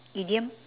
idiom